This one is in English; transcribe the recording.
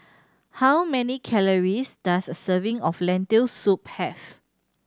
how many calories does a serving of Lentil Soup have